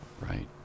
Right